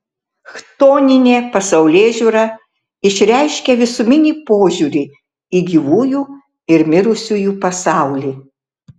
chtoninė pasaulėžiūra išreiškia visuminį požiūrį į gyvųjų ir mirusiųjų pasaulį